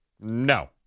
No